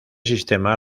sistema